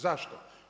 Zašto?